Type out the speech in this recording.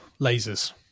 lasers